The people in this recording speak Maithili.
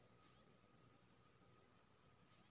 कोबी के बीज बढ़ीया वाला दिय?